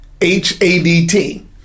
H-A-D-T